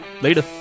Later